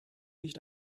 nicht